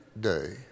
day